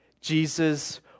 Jesus